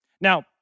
Now